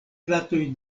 platoj